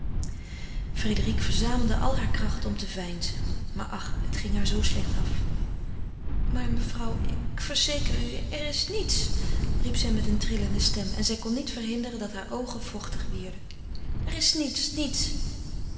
frédérique verzamelde al hare kracht om te veinzen maar ach het ging haar zoo slecht af maar mevrouw ik verzeker u er is niets riep zij met een trillende stem en zij kon niet verhinderen dat heure oogen vochtig wierden er is niets niets